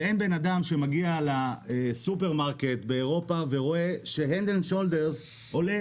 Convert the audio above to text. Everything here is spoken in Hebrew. אין בן אדם שמגיע לסופרמרקט באירופה ורואה ששמפו הד אנד שולדרס עולה